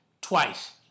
twice